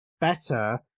better